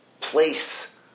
place